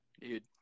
dude